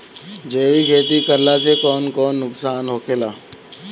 जैविक खेती करला से कौन कौन नुकसान होखेला?